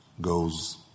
goes